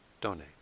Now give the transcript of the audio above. donate